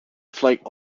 flake